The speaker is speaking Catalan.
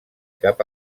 cap